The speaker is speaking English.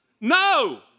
No